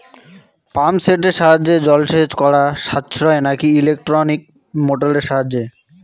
Pump সেটের সাহায্যে জলসেচ করা সাশ্রয় নাকি ইলেকট্রনিক মোটরের সাহায্যে?